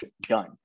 Done